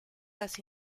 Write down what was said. las